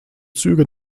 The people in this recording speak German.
züge